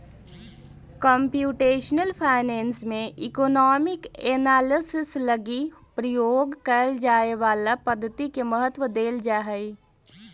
computational finance में economic analysis लगी प्रयोग कैल जाए वाला पद्धति के महत्व देल जा हई